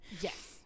Yes